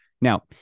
Now